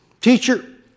Teacher